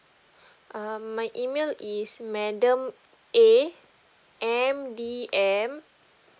um my email is madam a m d m